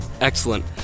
Excellent